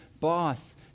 boss